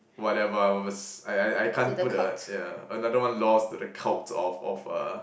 whatever I was I I I can't put a yeah another one lost to the cult of of a